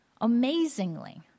Amazingly